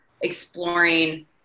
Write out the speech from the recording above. exploring